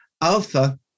Alpha